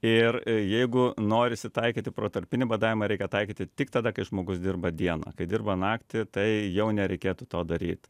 ir jeigu norisi taikyti protarpinį badavimą reikia taikyti tik tada kai žmogus dirba dieną kai dirba naktį tai jau nereikėtų to daryt